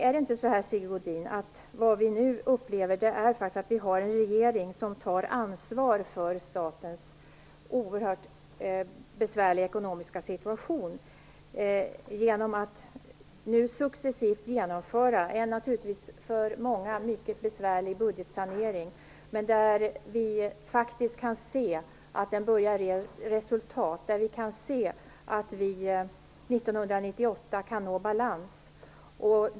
Är det inte så, Sigge Godin, att det vi upplever är att vi har en regering som tar ansvar för statens oerhört besvärliga ekonomiska situation genom att nu successivt genomföra en naturligtvis för många mycket besvärlig budgetsanering. Vi kan faktiskt se att den börjar ge resultat - vi kan se att vi 1998 kan nå balans.